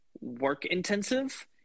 work-intensive